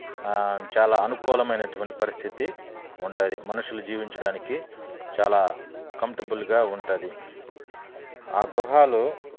చాలా అనుకూలం అయినటువంటి పరిస్థితి ఉంటుంది మనుషులు జీవించడానికి చాలా కంఫర్ట్బుల్గా ఉంటుంది ఆ గృహాలు